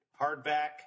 hardback